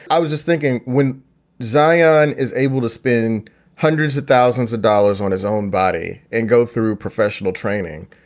i was just thinking, when zion is able to spin hundreds of thousands of dollars on his own body and go through professional training,